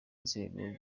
nzego